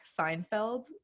Seinfeld